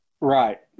Right